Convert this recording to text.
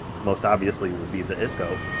most obviously would be the isco,